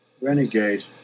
renegade